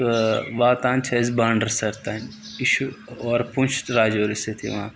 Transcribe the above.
تہٕ واتان چھِ اَسہِ بانڈَر سَر تانۍ یہِ چھُ اورٕ پونٛچھ تہٕ راجوری سۭتۍ یِوان